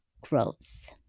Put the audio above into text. grows